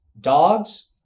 dogs